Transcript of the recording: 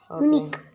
unique